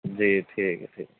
جی ٹھیک ہے ٹھیک